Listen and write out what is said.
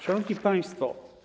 Szanowni Państwo!